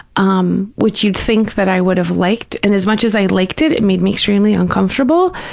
um which you'd think that i would have liked, and as much as i liked it, it made me extremely uncomfortable,